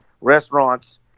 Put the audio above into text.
restaurants